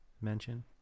mention